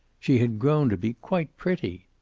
she had grown to be quite pretty.